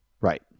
right